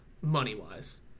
money-wise